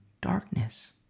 darkness